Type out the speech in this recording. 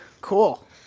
Cool